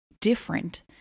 different